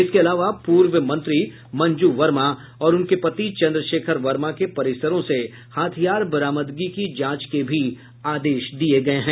इसके अलावा पूर्व मंत्री मंजू वर्मा और उनके पति चंद्रशेखर वर्मा के परिसरों से हथियार बरामदगी की जांच के भी आदेश दिये गये हैं